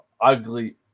ugly